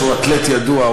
שהוא אתלט ידוע,